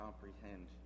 comprehend